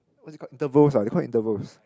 what's it called intervals ah they call it intervals